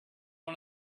one